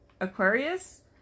Aquarius